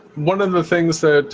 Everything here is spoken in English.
one of the things that